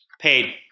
Paid